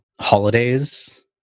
holidays